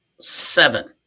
Seven